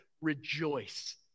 rejoice